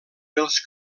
dels